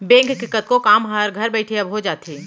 bank के कतको काम हर घर बइठे अब हो जाथे